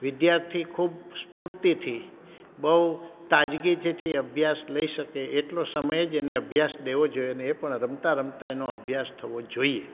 વિદ્યાર્થી ખૂબ સ્ફૂર્તિથી બહુ તાજગી જેથી અભ્યાસ લઈ શકે એટલો સમય જ એને અભ્યાસ દેવો જોએને એ પણ રમતા રમતા એનો અભ્યાસ થવો જોઈએ